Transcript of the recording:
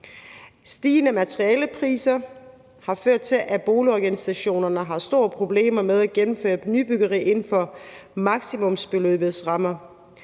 Stigende materialepriser har ført til, at boligorganisationerne har store problemer med at gennemføre et nybyggeri inden for maksimumsbeløbets rammer.